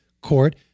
Court